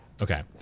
okay